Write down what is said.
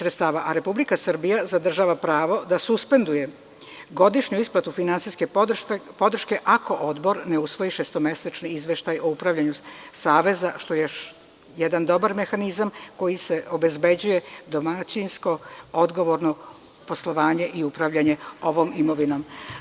Republika Srbija zadržava pravo da suspenduje godišnju isplatu finansijske podrške ako Odbor ne usvoji šestomesečni izveštaj o upravljanju Saveza, što je još jedan dobar mehanizam kojim se obezbeđuje domaćinsko, odgovorno poslovanje i upravljanje ovom imovinom.